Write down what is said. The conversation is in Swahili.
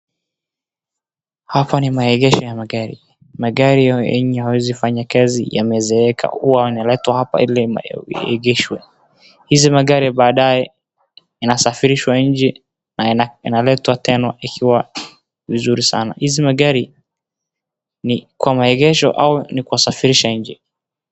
Hapa ni maegesho ya magari. Magari yenye hayawezi fanya kazi yamezeeka huwa yanaletwa hapa ili iegeshwe. Hizi gari baadae inasafirishwa nje, na inaletwa tena ikiwa vizuri sana. Hizi magari, ni kwa maegesho au ni kwa safirisha nje.